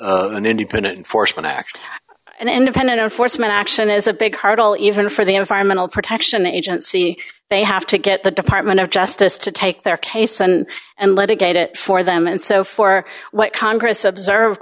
than an independent force one act an independent enforcement action is a big hurdle even for the environmental protection agency they have to get the department of justice to take their case and and litigate it for them and so for what congress observed